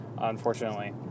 unfortunately